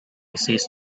ceased